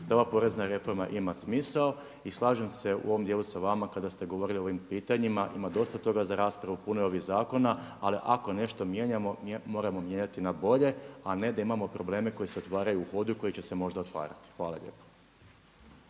ova porezna reforma ima smisao. I slažem se u ovom dijelu sa vama kada ste govorili o ovim pitanjima, ima dosta toga za raspravu, puno je ovih zakona ali ako nešto mijenjamo moramo mijenjati na bolje a ne da imamo probleme koji se otvaraju u hodu i koji će se možda otvarati. Hvala lijepo.